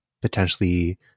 potentially